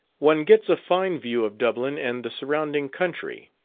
one gets a fine view of dublin and the surrounding country.